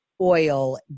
oil